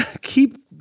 keep